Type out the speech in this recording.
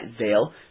veil